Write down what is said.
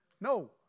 no